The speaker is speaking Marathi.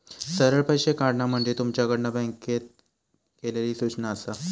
सरळ पैशे काढणा म्हणजे तुमच्याकडना बँकेक केलली सूचना आसा